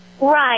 Right